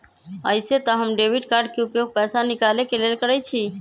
अइसे तऽ हम डेबिट कार्ड के उपयोग पैसा निकाले के लेल करइछि